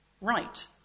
right